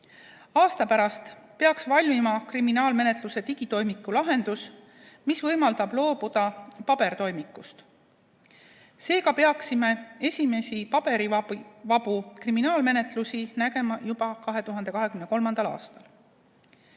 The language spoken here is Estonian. Aasta pärast peaks valmima kriminaalmenetluse digitoimiku lahendus, mis võimaldab loobuda pabertoimikust. Seega peaksime esimesi paberivabu kriminaalmenetlusi nägema juba 2023. aastal.